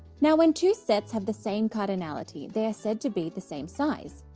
now when two sets have the same cardinality they're said to be the same size.